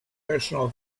personal